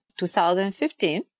2015